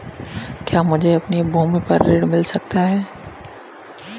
क्या मुझे अपनी भूमि पर ऋण मिल सकता है?